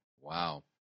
Wow